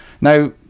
Now